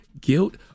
guilt